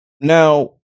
now